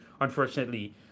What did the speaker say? unfortunately